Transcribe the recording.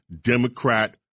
Democrat